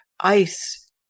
ice